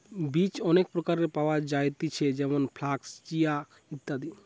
বীজ অনেক প্রকারের পাওয়া যায়তিছে যেমন ফ্লাক্স, চিয়া, ইত্যাদি